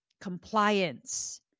compliance